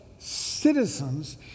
citizens